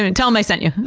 ah and tell em i sent ya.